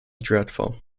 dreadful